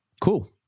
cool